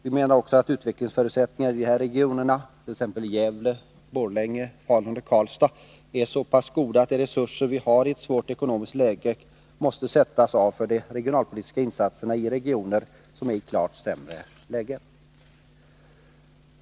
Vi menar också att utvecklingsförutsättningarna i de här regionerna, t.ex. i Gävle, Borlänge, Falun och Karlstad, är så pass goda att de resurser vi har i ett svårt ekonomiskt läge måste sättas av för de regionalpolitiska insatserna i regioner som har ett klart sämre läge.